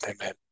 Amen